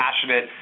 passionate